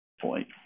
point